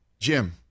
jim